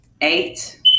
eight